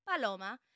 Paloma